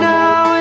now